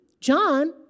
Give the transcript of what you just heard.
John